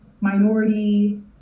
minority